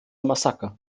massaker